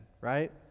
right